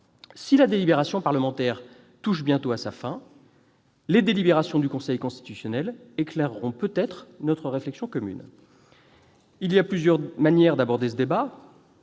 Si la délibération parlementaire touche bientôt à sa fin, les travaux du Conseil constitutionnel éclaireront peut-être notre réflexion commune. Il y a plusieurs manières d'aborder ce débat.